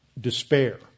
despair